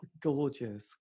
gorgeous